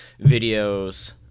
videos